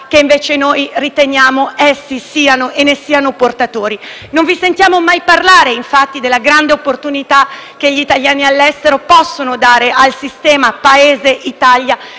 che invece noi riteniamo essi siano e di cui siano portatori. Non vi sentiamo mai parlare, infatti, della grande opportunità che gli italiani all'estero possono dare al sistema Paese Italia,